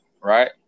right